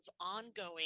ongoing